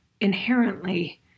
inherently